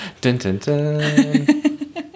Dun-dun-dun